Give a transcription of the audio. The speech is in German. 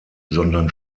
sondern